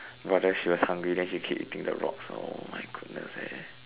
ya then she was hungry then he keep eating the rocks oh my goodness eh